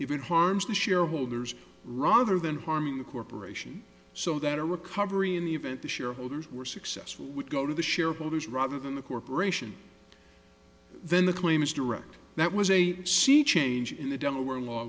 it harms the shareholders rather than harming the corporation so that a recovery in the event the shareholders were successful would go to the shareholders rather than the corporation then the claim is direct that was a sea change in the delaware law